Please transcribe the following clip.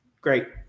Great